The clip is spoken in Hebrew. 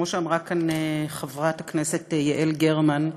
כמו שאמרה כאן חברת הכנסת יעל גרמן,